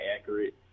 accurate